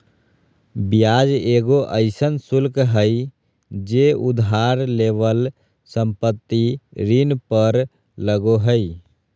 ब्याज एगो अइसन शुल्क हइ जे उधार लेवल संपत्ति ऋण पर लगो हइ